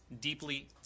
deeply